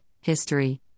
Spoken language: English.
History